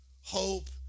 hope